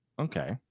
Okay